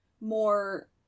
more